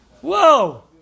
Whoa